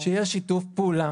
שיהיה שיתוף פעולה.